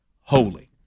holy